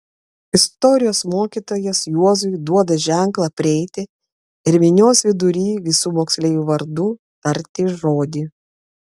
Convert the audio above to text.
istorijos mokytojas juozui duoda ženklą prieiti ir minios vidury visų moksleivių vardu tarti žodį